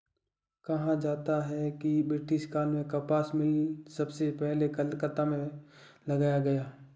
कहा जाता है कि ब्रिटिश काल में कपास मिल सबसे पहले कलकत्ता में लगाया गया